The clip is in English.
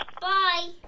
Bye